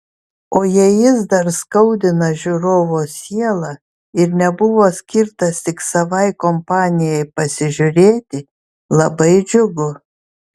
o jei jis dar skaudina žiūrovo sielą ir nebuvo skirtas tik savai kompanijai pasižiūrėti labai džiugu